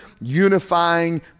unifying